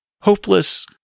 hopeless